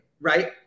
right